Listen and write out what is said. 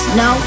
no